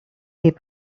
est